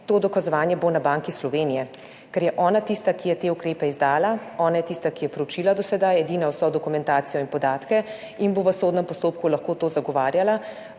to dokazovanje bo na Banki Slovenije, ker je ona tista, ki je izdala te ukrepe. Ona je tista, ki je do sedaj edina proučila vso dokumentacijo in podatke in bo v sodnem postopku lahko to zagovarjala